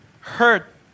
hurt